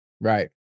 right